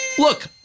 Look